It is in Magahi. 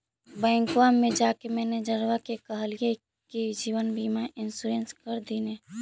बैंकवा मे जाके मैनेजरवा के कहलिऐ कि जिवनबिमा इंश्योरेंस कर दिन ने?